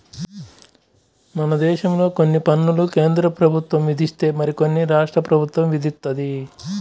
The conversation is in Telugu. మనదేశంలో కొన్ని పన్నులు కేంద్రప్రభుత్వం విధిస్తే మరికొన్ని రాష్ట్ర ప్రభుత్వం విధిత్తది